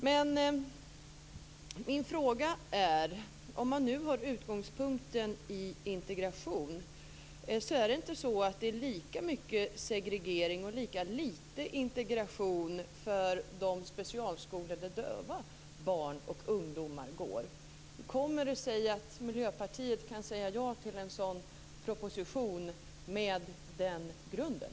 Men om man har sin utgångspunkt i integration, är det då inte lika mycket segregering och lika lite integration för de specialskolor där döva barn och ungdomar går? Hur kommer det sig att Miljöpartiet kan säga ja till en proposition med den grunden?